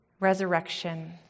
Resurrection